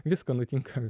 visko nutinka